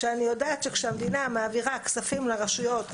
שאני יודעת שכשהמדינה מעבירה כספים לרשויות הערביות,